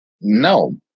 No